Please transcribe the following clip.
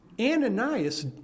Ananias